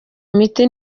miti